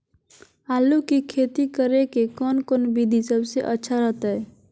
आलू की खेती करें के कौन कौन विधि सबसे अच्छा रहतय?